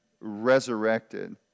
resurrected